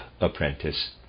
apprentice